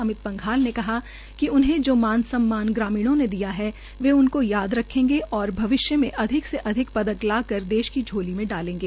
अमित पंघाल ने कहा कि इन्हे जो मान व सम्मान ग्रामीणों ने दिया वे उनको याद रखेंगे और भविष्य में अधिक से अधिक पदक लाकर देश की झोली में डालेंगे